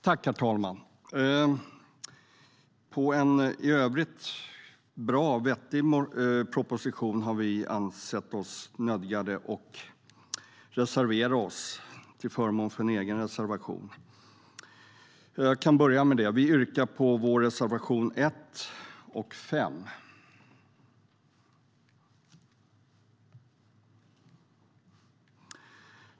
Herr talman! På en i övrigt bra och vettig proposition har vi ansett oss nödgade att reservera oss till förmån för en egen reservation. Vi yrkar alltså på reservationerna 1 och 5.